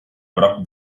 broc